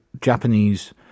Japanese